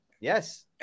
yes